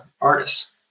artists